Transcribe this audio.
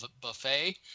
Buffet